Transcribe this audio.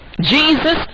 Jesus